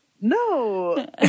no